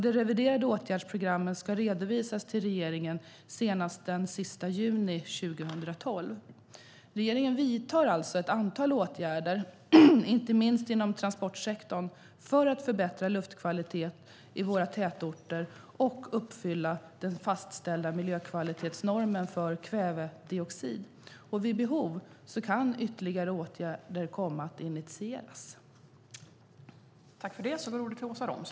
De reviderade åtgärdsprogrammen ska redovisas till regeringen senast den 30 juni 2012. Regeringen vidtar alltså ett antal åtgärder, inte minst inom transportsektorn, för att förbättra luftkvaliteten i våra tätorter och uppfylla den fastställda miljökvalitetsnormen för kvävedioxid. Vid behov kan ytterligare åtgärder komma att initieras.